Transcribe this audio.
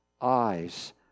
eyes